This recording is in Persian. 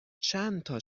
چندتا